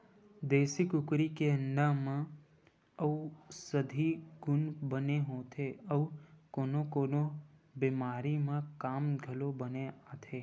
देसी कुकरी के अंडा म अउसधी गुन बने होथे अउ कोनो कोनो बेमारी म काम घलोक बने आथे